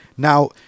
Now